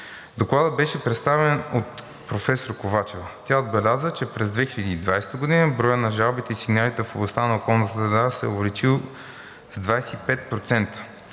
Докладът беше представен от професор Ковачева. Тя отбеляза, че през 2020 г. броят на жалбите и сигналите в областта на околната среда се е увеличил с 25%.